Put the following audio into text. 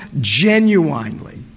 genuinely